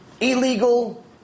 illegal